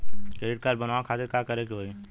Credit card बनवावे खातिर का करे के होई?